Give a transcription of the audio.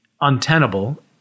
untenable